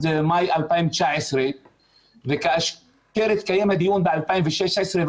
מאי 2019 וכאשר התקיים הדיון ב-2016,